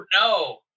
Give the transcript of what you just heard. no